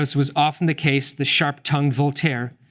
was was often the case, the sharp-tongued voltaire,